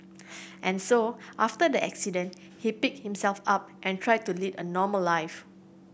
and so after the accident he picked himself up and tried to lead a normal life